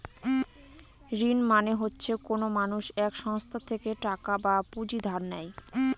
ঋণ মানে হচ্ছে কোনো মানুষ এক সংস্থা থেকে টাকা বা পুঁজি ধার নেয়